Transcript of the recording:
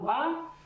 בתחלואה